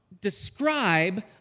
describe